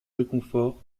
réconfort